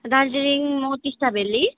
दार्जिलिङ म टिस्टा भ्याल्ली